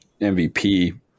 MVP